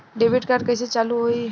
Debit card कइसे चालू होई?